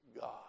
God